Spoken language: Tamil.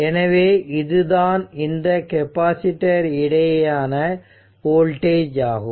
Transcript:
எனவே இதுதான் இந்த கெப்பாசிட்டர் இடையேயான வோல்டேஜ் ஆகும்